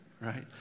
right